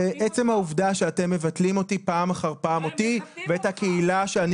עצם העובדה שאתם מבטלים אותי ואת הקהילה שאני